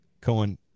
Cohen